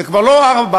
זה כבר לא הר-הבית,